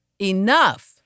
enough